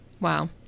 Wow